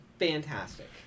Fantastic